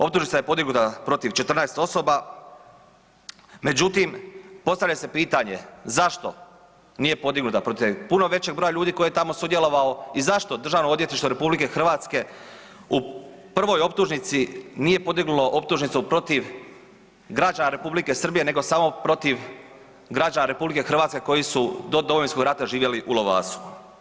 Optužnica je podignuta protiv 14 osoba, međutim postavlja se pitanje zašto nije podignuta protiv puno većeg broja ljudi koji je tamo sudjelovao i zašto Državno odvjetništvo RH u prvoj optužnici nije podignulo optužnicu protiv građana Republike Srbije nego samo protiv građana RH koji su do Domovinskog rata živjeli u Lovasu?